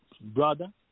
brother